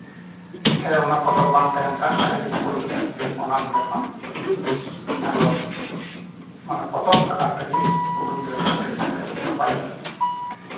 ᱴᱷᱮᱡ ᱚᱱᱟ ᱯᱚᱛᱚᱵ ᱵᱟᱝ ᱛᱟᱦᱮᱱ ᱠᱷᱟᱱ ᱡᱟᱦᱟᱸᱭ ᱜᱮ ᱠᱩᱞ ᱤᱧᱟᱭ ᱚᱱᱟ ᱱᱚᱰᱮ ᱠᱷᱚᱱ ᱮᱠᱫᱚᱢ ᱢᱟᱱᱮ ᱯᱚᱛᱚᱵ ᱟᱠᱟᱨ ᱛᱮᱜᱮ ᱩᱰᱩᱠ ᱫᱟᱲᱮᱭᱟᱜᱼᱟ ᱯᱨᱤᱱᱴ ᱠᱟᱛᱮ ᱱᱟᱯᱟᱭ ᱥᱟᱺᱦᱤᱡ